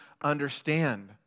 understand